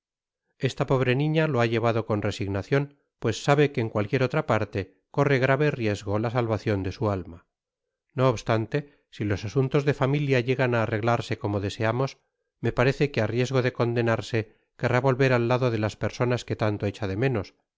esta pobre niña lo ha llevado con resignacion pues sabe que en cualquier otra parte corre grave riesgo la salvacion de su alma no obstante si los asuntos de familia llegan á arreglarse como deseamos me parece que á riesgo de condenarse querrá volver al lado de las personasfque tanto echa de menos